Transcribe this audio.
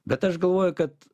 bet aš galvoju kad